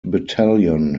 battalion